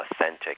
authentic